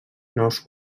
nous